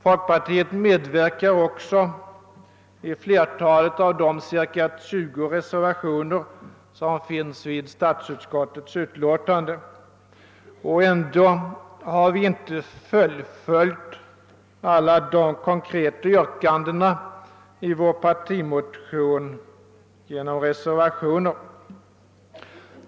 Folkpartiet medverkar också i flertalet av de 20 reservationer som finns fogade till statsutskottets utlåtande. Ändå har vi inte genom reservationer fullföljt alla de konkreta yrkandena i vår partimotion.